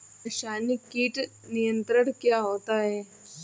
रसायनिक कीट नियंत्रण क्या होता है?